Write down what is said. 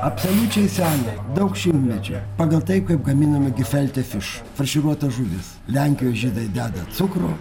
absoliučiai sena daug šimtmečių pagal tai kaip gaminami gifelte fiš farširuota žuvis lenkijos žydai deda cukrų